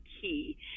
key